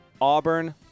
Auburn